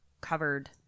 covered